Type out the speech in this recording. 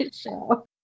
show